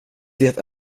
det